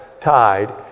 tied